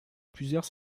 plusieurs